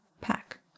pack